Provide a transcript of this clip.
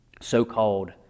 so-called